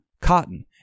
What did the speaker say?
cotton